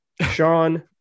Sean